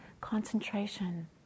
concentration